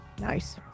Nice